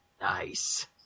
Nice